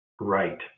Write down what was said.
right